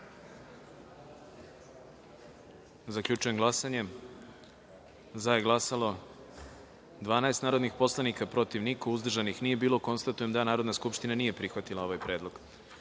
predlog. Zaključujem glasanje: za je glasalo – 13 narodnih poslanika, protiv – niko, uzdržanih – nije bilo. Konstatujem da Narodna skupština nije prihvatila ovaj predlog. Narodni